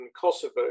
kosovo